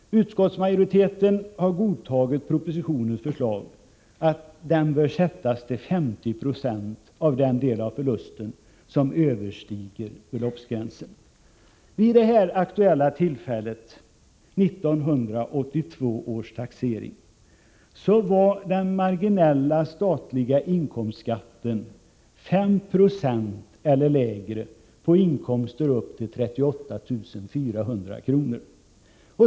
Utskottsmajoriteten har godtagit propositionens förslag att kompensationsgraden bör sättas till 50 26 av den del av förlusten som överstiger beloppsgränsen. Vid det aktuella tillfället, 1982 års taxering, var den marginella statliga inkomstskatten 5 96 eller lägre på inkomster upp till 38 400 kr.